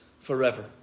forever